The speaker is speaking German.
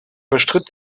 bestritt